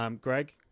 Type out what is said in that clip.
Greg